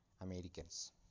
Americans